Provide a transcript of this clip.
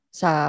sa